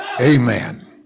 Amen